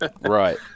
right